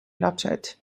lapsed